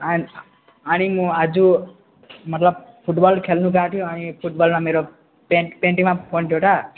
आन् अनि म आज मतलब फुटबल खेल्नु गएको थियो अनि फुटबलमा मेरो प्यान्ट प्यान्टैमा फोन थियो त